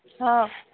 ହଁ